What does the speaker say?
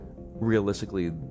realistically